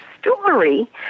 story